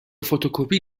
فتوکپی